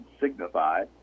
Signify